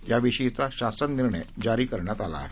याविषयीचा शासन निर्णय जारी करण्यात आला आहे